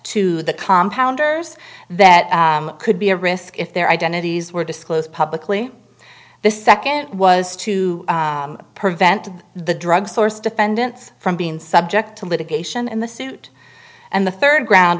to the compound that could be a risk if their identities were disclosed publicly the second was to prevent the drug sourced defendants from being subject to litigation in the suit and the third ground